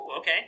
Okay